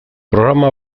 programa